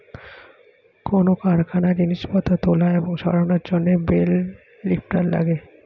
কোন কারখানায় জিনিসপত্র তোলা এবং সরানোর জন্যে বেল লিফ্টার লাগে